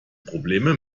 probleme